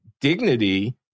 dignity